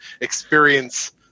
experience